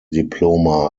diploma